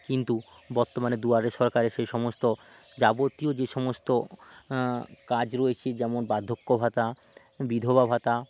কিন্তু বর্তমানে দুয়ারে সরকারে সেই সমস্ত যাবতীয় যে সমস্ত কাজ কাজ রয়েছে যেমন বার্ধক্য ভাতা বিধবা ভাতা